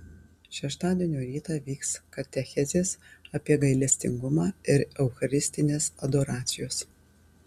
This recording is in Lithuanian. šeštadienio rytą vyks katechezės apie gailestingumą ir eucharistinės adoracijos